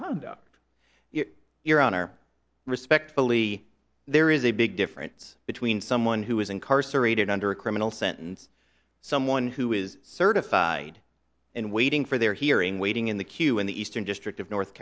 conduct if your honor respectfully there is a big difference between someone who is incarcerated under a criminal sentence someone who is certified and waiting for their hearing waiting in the queue in the eastern district of north